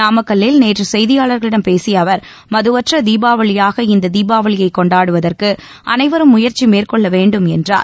நாமக்கல்லில் நேற்று செய்தியாளர்களிடம் பேசிய அவர் மதுவற்ற தீபாவளியாக இந்த தீபாவளியை கொண்டாடுவதற்கு அனைவரும் முயற்சி மேற்கொள்ள வேண்டும் என்றார்